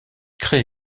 crée